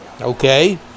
Okay